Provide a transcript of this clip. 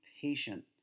patient